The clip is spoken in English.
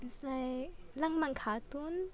it's like 浪漫 cartoon